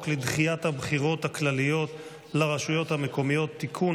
לדחיית הבחירות הכלליות לרשויות המקומיות (תיקון),